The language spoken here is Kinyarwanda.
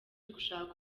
gushaka